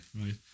right